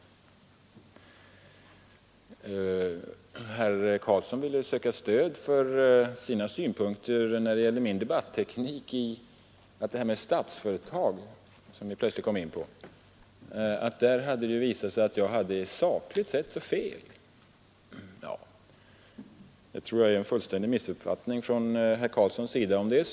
Herr Carlsson ville söka stöd för sina synpunkter på min debatteknik däri att när det gällde Statsföretag — som vi plötsligt kom in på — hade det visat sig att jag hade sakligt sett fel. Ja, jag tror att herr Carlsson fullständigt har missuppfattat detta.